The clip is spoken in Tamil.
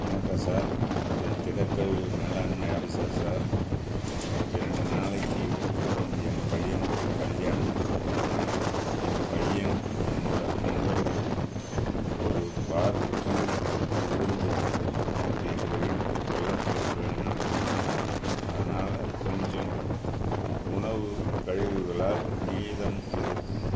வணக்கம் சார் இது திடக்கல் மேலாண்மை ஆபீஸா சார் இரண்டு நாளைக்கு அப்பறம் என் பையனுக்கு கல்யாணம் அதனாலே என் பையன் அவனோடய நண்பர்களுக்கு ஒரு பார்க்யூ விருந்து நேற்று எங்கள் வீட்டு கொல்லைப்புரத்துல நடந்தன அதனால் கொஞ்சம் அதனால் கொஞ்சம் உணவு கழிவுகளால் மீதம் இருக்கும்